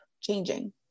changing